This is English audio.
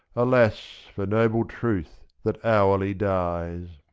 alas for noble truth that hourly dies.